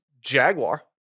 jaguar